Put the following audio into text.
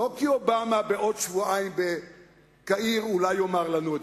לא כי אובמה בעוד שבועיים בקהיר אולי יאמר לנו את זה,